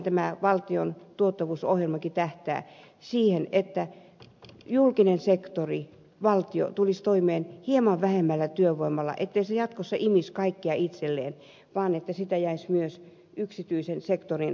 tähänhän valtion tuottavuusohjelmakin tähtää että julkinen sektori valtio tulisi toimeen hieman vähemmällä työvoimalla ettei se jatkossa imisi kaikkea itselleen vaan että työvoimaa jäisi myös yksityisen sektorin tarpeisiin